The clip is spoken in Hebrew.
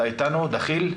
אתה איתנו, דחיל?